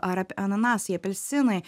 ar ap ananasai apelsinai